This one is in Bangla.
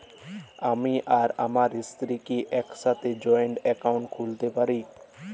আমি আর আমার স্ত্রী কি একসাথে জয়েন্ট অ্যাকাউন্ট খুলতে পারি?